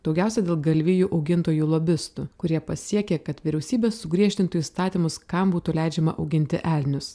daugiausia dėl galvijų augintojų lobistų kurie pasiekė kad vyriausybė sugriežtintų įstatymus kam būtų leidžiama auginti elnius